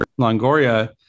Longoria